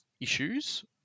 Issues